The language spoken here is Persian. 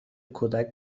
کودک